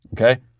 Okay